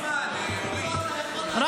תנו, חברים, מה קרה לכם.